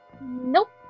Nope